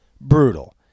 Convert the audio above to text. brutal